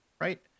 right